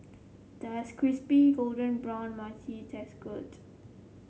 does crispy golden brown taste good